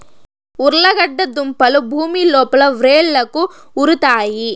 ఉర్లగడ్డ దుంపలు భూమి లోపల వ్రేళ్లకు ఉరుతాయి